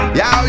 yo